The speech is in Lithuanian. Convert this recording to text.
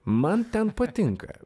man ten patinka